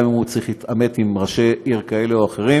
גם אם הוא צריך להתעמת עם ראשי עיר כאלה או אחרים,